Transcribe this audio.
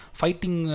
fighting